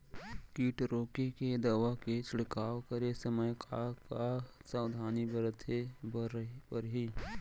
किट रोके के दवा के छिड़काव करे समय, का का सावधानी बरते बर परही?